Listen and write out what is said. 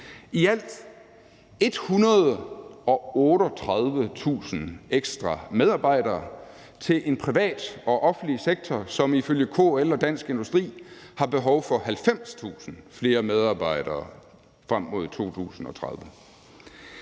det 138.000 ekstra medarbejdere til en privat og offentlig sektor, som ifølge KL og Dansk Industri har behov for 90.000 flere medarbejdere frem mod 2030.